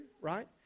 right